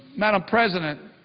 madam president,